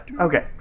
Okay